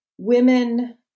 Women